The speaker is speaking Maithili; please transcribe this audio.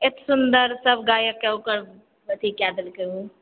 एतेक सुन्दर सभगायकके ओकर अथी कए देलकै ओ